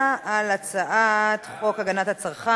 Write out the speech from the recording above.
אני לא יודע מי הבא בתור ברשימה.